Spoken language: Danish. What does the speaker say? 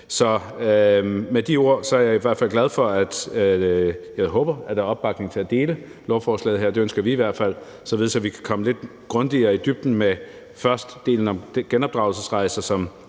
fald glad for og håber, at der er opbakning til at dele lovforslaget her. Det ønsker vi i hvert fald, således at vi kan komme lidt grundigere i dybden med først delen om genopdragelsesrejser,